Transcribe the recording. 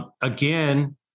again